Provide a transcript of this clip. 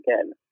again